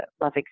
love